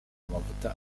amavuta